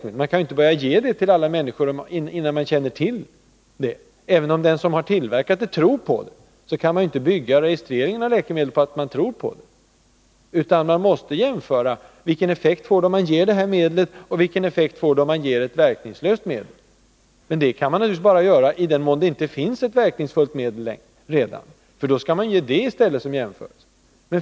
Man kan inte börja att ge det till alla människor innan man känner till det. Även om den som har tillverkat medlet tror på det, kan maninte bygga registreringen på den tron. Man måste jämföra: Vilken effekt får det om man ger det här medlet, och vilken effekt får det om man ger ett verkningslöst medel. Men detta kan man naturligtvis bara göra i den mån det inte redan finns ett verkningsfullt medel, för då skall man ta det som jämförelse.